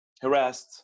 harassed